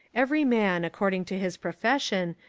every man, according to his profession,